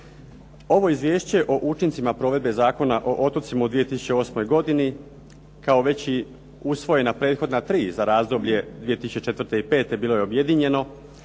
Ovo izvješće o učincima provedbe Zakona o otocima u 2008. godini kao već i usvojena prethodna tri za razdoblje 2004. i 2005. bilo je objedinjeno,